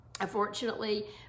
Unfortunately